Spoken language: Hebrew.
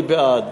אני בעד,